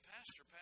Pastor